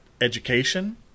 education